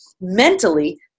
mentally